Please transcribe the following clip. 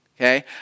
Okay